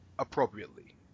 Appropriately